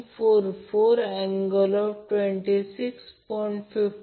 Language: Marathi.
43° अँपिअर मिळेल बाकीचे 20° ने बदलत आहेत